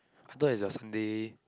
I thought is your Sunday